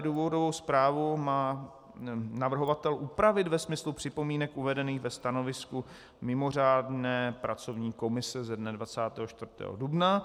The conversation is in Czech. Důvodovou zprávu má navrhovatel upravit ve smyslu připomínek uvedených ve stanovisku mimořádné pracovní komise ze dne 24. dubna.